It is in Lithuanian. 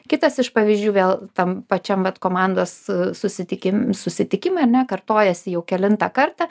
kitas iš pavyzdžių vėl tam pačiam vat komandos susitikim susitikime ar ne kartojasi jau kelintą kartą